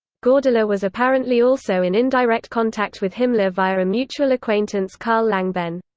gordeler was apparently also in indirect contact with himmler via a mutual acquaintance carl langbehn.